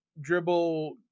dribble